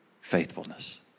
faithfulness